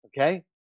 okay